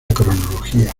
cronología